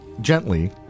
gently